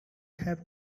have